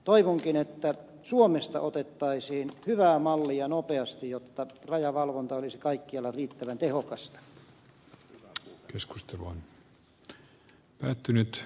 toivonkin että suomesta otettaisiin hyvää mallia nopeasti jotta rajavalvonta olisi kaikkialla riittävän tehokasta